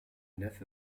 neffe